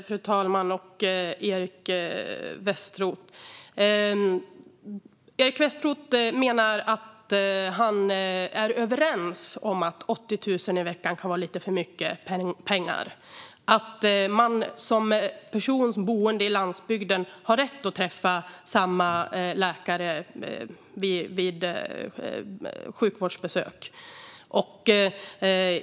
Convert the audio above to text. Fru talman! Eric Westroth menar att han är överens med mig om att 80 000 kronor i veckan kan vara lite för mycket pengar och att man som boende på landsbygden har rätt att träffa samma läkare vid sjukvårdsbesök.